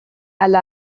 elle